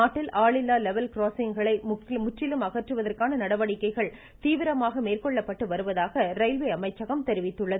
நாட்டில் ஆளில்லா லெவல் கிராஸிங்குகளை முற்றிலும் அகற்றுவதற்கான நடவடிக்கைகள் தீவிரமாக மேற்கொள்ளப்பட்டு வருவதாக இரயில்வே அமைச்சகம் தெரிவித்துள்ளது